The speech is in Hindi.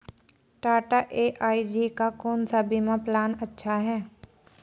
टाटा ए.आई.जी का कौन सा बीमा प्लान अच्छा है?